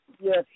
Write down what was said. Yes